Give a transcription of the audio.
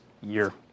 year